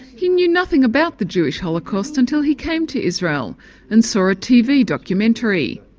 he knew nothing about the jewish holocaust until he came to israel and saw a tv documentary.